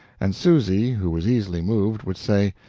and susy, who was easily moved, would say,